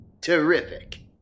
Terrific